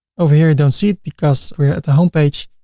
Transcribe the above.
over here, you don't see it because we're at the homepage.